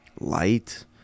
light